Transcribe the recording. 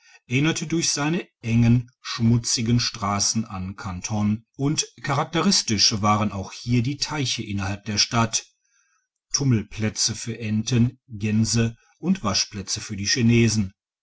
erinnert durch seine engen schmutzigen strassen an kanton und charakteristisch waren auch hier die teiche innerhalb der stadt tummelplätze für enten gän se und waschplätze für die chinesen